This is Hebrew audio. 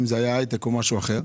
הייטק או משהו אחר,